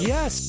Yes